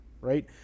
right